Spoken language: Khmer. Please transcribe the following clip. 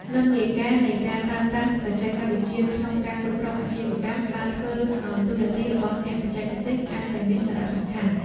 និន្នាការនៃការប្រើប្រាស់បច្ចេកវិទ្យាក្នុងការគ្រប់គ្រងអាជីវកម្មបានធ្វើឱ្យតួនាទីរបស់អ្នកបច្ចេកទេសកាន់តែមានសារៈសំខាន់។